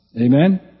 Amen